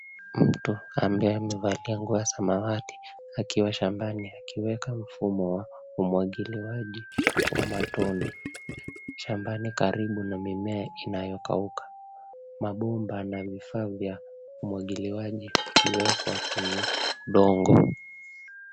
Mtu ambaye amevalia nguo ya samawati akiwa shambani, akiweka mfumo wa umwagiliaji wa matone, shambani karibu na mimea inayokauka. Mabomba na vifaa vya umwagiliaji vikiwekwa kwenye udongo.